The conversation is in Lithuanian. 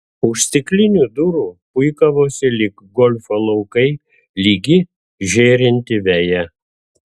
už stiklinių durų puikavosi lyg golfo laukai lygi žėrinti veja